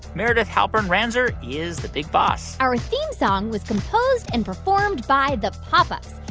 meredith halpern-ranzer is the big boss our theme song was composed and performed by the pop ups.